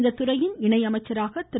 இத்துறையின் இணையமைச்சராக திரு